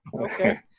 Okay